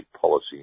Policy